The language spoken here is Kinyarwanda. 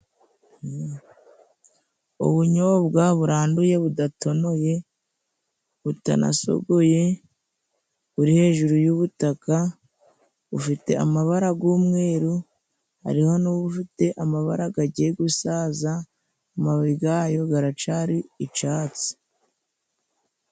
Ubunyobwa buranduye budatonoye, butanasogoye buri hejuru y'ubutaka. Bufite amabara g'umweru hariho n'ubufite amabara gagiye gusaza, amababi gayo garacari icatsi.